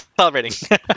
celebrating